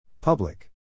Public